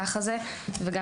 ככה זה.״ בנוסף,